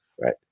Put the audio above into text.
right